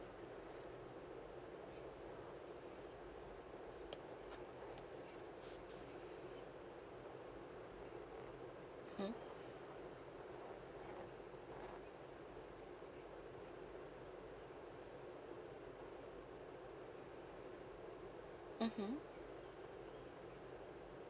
mm mmhmm